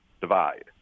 divide